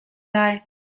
lai